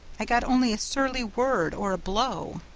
i got only a surly word or a blow.